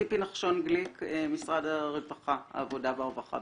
ציפי נחשון גליק, משרד העבודה והרווחה.